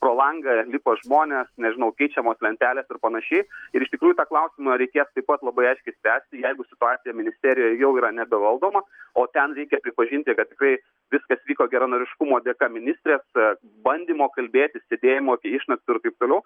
pro langą lipa žmonės nežinau keičiamos lentelės ir panašiai ir iš tikrųjų tą klausimą reikės taip pat labai aiškiai spręsti jeigu situacija ministerijoje jau yra nebevaldoma o ten reikia pripažinti kad tikrai viskas vyko geranoriškumo dėka ministrės bandymo kalbėtis sėdėjimo iki išnaktų ir taip toliau